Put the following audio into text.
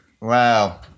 Wow